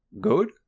good